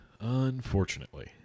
Unfortunately